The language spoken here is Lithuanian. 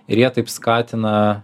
ir jie taip skatina